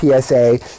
PSA